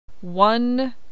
one